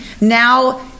now